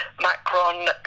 Macron